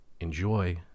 enjoy